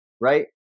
right